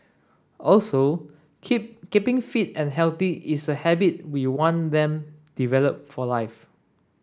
also keep keeping fit and healthy is a habit we want them develop for life